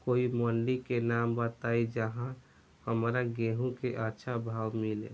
कोई मंडी के नाम बताई जहां हमरा गेहूं के अच्छा भाव मिले?